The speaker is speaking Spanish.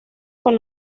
con